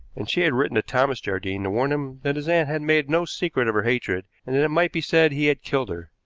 and she had written to thomas jardine to warn him that his aunt had made no secret of her hatred, and that it might be said he had killed her.